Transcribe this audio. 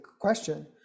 question